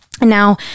Now